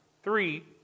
Three